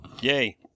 yay